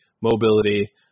mobility